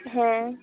ᱦᱮᱸ